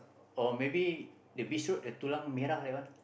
or maybe the Beach Road the tulang-merah that one